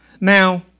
Now